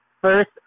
first